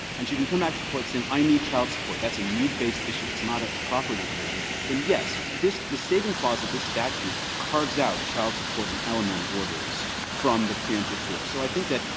and she can come back to court saying, i need child support, that's a need-based issue, it's not a property division, then yes. this the saving clause of this statute carves out child support and alimony orders from the preemptive force. so i think that,